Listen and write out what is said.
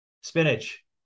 spinach